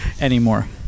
Anymore